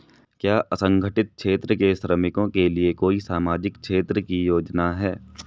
क्या असंगठित क्षेत्र के श्रमिकों के लिए कोई सामाजिक क्षेत्र की योजना है?